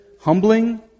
Humbling